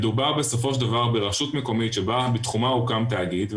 מדובר בסופו של דבר ברשות מקומית שבתחומה הוקם תאגיד,